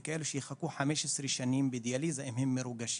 ויש כאלה שיחכו 15 שנים בדיאליזה אם הם מרוגשים.